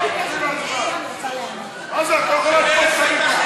את לא יכולה לעשות את זה.